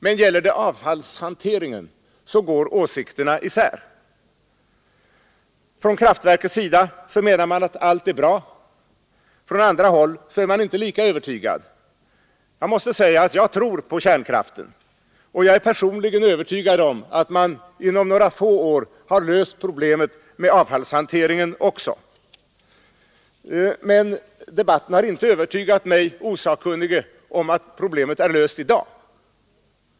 Men gäller det avfallshanteringen går åsikterna isär. Från kraftverkens sida menar man att allt är bra, på andra håll är man inte lika övertygad. Jag tror på kärnkraften, och jag är personligen övertygad om att man inom några få år har löst problemet med avfallshanteringen också. Men debatten har inte övertygat mig osakkunnige om att problemet är löst i dag.